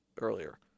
earlier